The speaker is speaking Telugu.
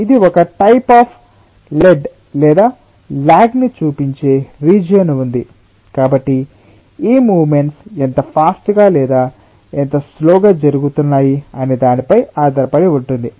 ఇది ఒక టైప్ అఫ్ లెడ్ లేదా ల్యాగ్ ని చూపించే రీజియన్ ఉంది కాబట్టి ఈ మూవ్మెంట్స్ ఎంత ఫాస్ట్ గా లేదా ఎంత స్లో గా జరుగుతున్నాయి అనే దానిపై ఆధారపడి ఉంటుంది